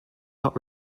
not